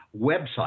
website